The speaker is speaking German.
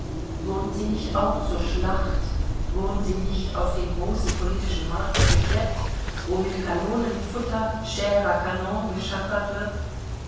wurden sie nicht auch zur schlacht wurden sie nicht auf den großen politischen markt geschleppt wo mit kanonenfutter chair canon geschachert wird